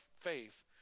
faith